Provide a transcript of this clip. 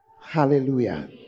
Hallelujah